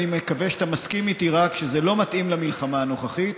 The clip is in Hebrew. ואני מקווה שאתה מסכים איתי שזה לא מתאים למלחמה הנוכחית.